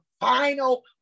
final